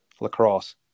Lacrosse